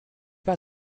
pas